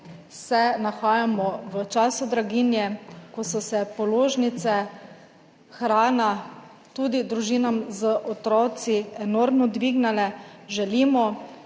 se nahajamo v času draginje, ko so se položnice, hrana tudi družinam z otroki enormno dvignile, želimo,